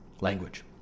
language